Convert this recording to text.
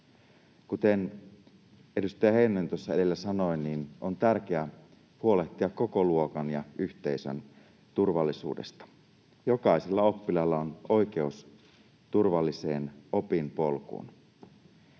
Kuten edustaja Heinonen tuossa edellä sanoi, niin on tärkeää huolehtia koko luokan ja yhteisön turvallisuudesta. Jokaisella oppilaalla on oikeus turvalliseen opinpolkuun.